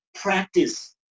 Practice